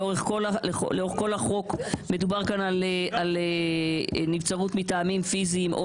לאורך כל החוק מדובר כאן על נבצרות מטעמים פיזיים או